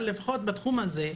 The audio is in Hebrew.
לפחות בתחום הזה,